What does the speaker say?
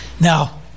Now